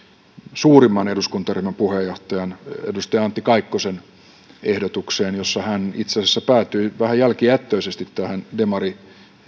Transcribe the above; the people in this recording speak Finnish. suurimman eduskuntaryhmän puheenjohtajan edustaja antti kaikkosen ehdotukseen jossa hän itse asiassa päätyi vähän jälkijättöisesti tähän demarien